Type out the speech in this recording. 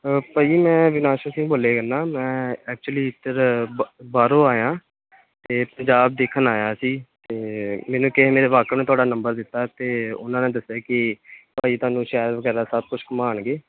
ਭਾਜੀ ਮੈਂ ਵਿਨਾਸ਼ਕ ਸਿੰਘ ਬੋਲਿਆ ਜਾਨਾ ਮੈਂ ਐਕਚੁਲੀ ਇੱਧਰ ਬਾ ਬਾਹਰੋਂ ਆਇਆ ਅਤੇ ਪੰਜਾਬ ਦੇਖਣ ਆਇਆ ਸੀ ਅਤੇ ਮੈਨੂੰ ਕਿਸੇ ਮੇਰੇ ਵਾਕਫ਼ ਨੇ ਤੁਹਾਡਾ ਨੰਬਰ ਦਿੱਤਾ ਅਤੇ ਉਹਨਾਂ ਨੇ ਦੱਸਿਆ ਕਿ ਭਾਅ ਜੀ ਤੁਹਾਨੂੰ ਸ਼ਹਿਰ ਵਗੈਰਾ ਸਭ ਕੁਛ ਘੁੰਮਾਉਣਗੇ